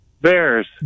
Bears